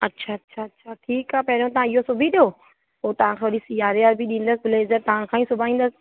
अच्छा अच्छा अच्छा ठीकु आहे पहरियों तव्हां इहो सिबी ॾियो पोइ तव्हांखे वरी सियारे जा बि ॾींदसि ब्लेजर तव्हां खां ई सिबाईंदसि